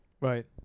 Right